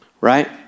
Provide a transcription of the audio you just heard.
Right